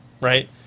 right